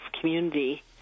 community